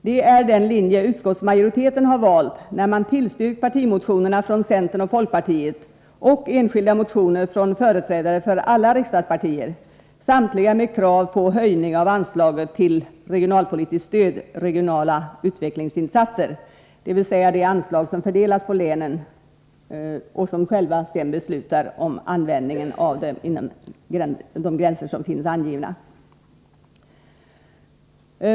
Det är den linje som utskottsmajoriteten valt när man har tillstyrkt partimotionerna från centern och folkpartiet och enskilda motioner från företrädare för alla riksdagspartier — samtliga motioner med krav på en höjning av anslaget till Regionalpolitiskt stöd: Regionala utvecklingsinsatser, dvs. det anslag som fördelas på länen, som själva sedan beslutar om användningen av medlen inom angivna gränser.